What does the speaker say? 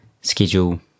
schedule